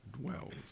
dwells